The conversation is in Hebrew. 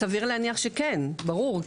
סביר להניח שכן, ברור.